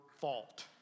fault